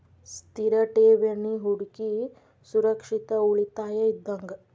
ಸ್ಥಿರ ಠೇವಣಿ ಹೂಡಕಿ ಸುರಕ್ಷಿತ ಉಳಿತಾಯ ಇದ್ದಂಗ